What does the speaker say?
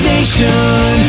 Nation